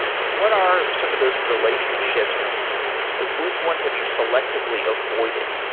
what are some of those relationships and ah which ones have you selectively avoided?